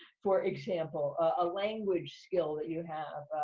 for example. a language skill that you have.